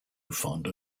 fond